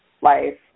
life